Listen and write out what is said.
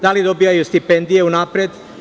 Da li dobijaju stipendije unapred?